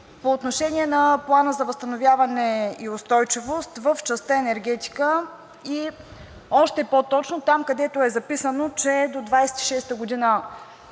по отношение на Плана за възстановяване и устойчивост в частта „Енергетика“ и още по-точно там, където е записано, че до 2026 г.